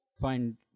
find